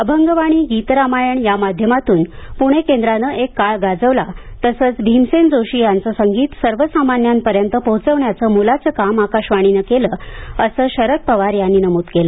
अभंगवाणी गीत रामायण या माध्यमातून पुणे केंद्राने एक काळ गाजवला तसंच भीमसेन जोशी यांचं संगीत सर्वसामान्यांपर्यंत पोहोचवण्याचं मोलाचं काम आकाशवाणीनं केलं असं शरद पवार यांनी नमूद केलं